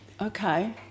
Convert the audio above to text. Okay